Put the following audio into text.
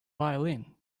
violin